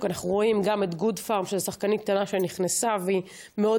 ובאמת כל הכבוד לך על החקיקה,